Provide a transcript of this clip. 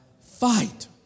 Fight